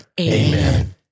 Amen